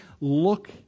look